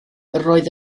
roedd